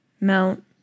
mount